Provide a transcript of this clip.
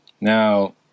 now